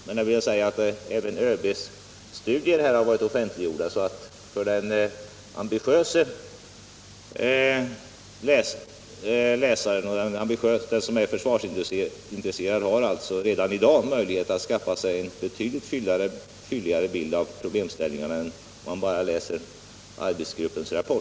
Men jag vill säga att även ÖB:s studier har varit offentliggjorda, så att den ambitiöse och försvarsintresserade har redan i dag möjlighet att skaffa sig en betydligt fylligare bild av problemställningarna än man får om man bara läser